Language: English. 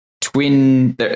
twin